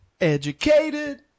educated